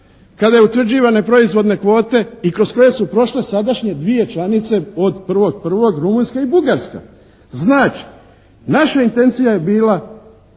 kada je utvrđivane proizvodne kvote i kroz koje su prošle sadašnje dvije članice od 1.1. Rumunjska i Bugarska. Znači, naša intencija je bila